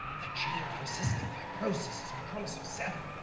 that gene for cystic fibrosis is on chromosome seven.